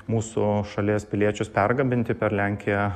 mūsų šalies piliečius pergabenti per lenkiją